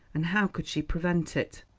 and how could she prevent it?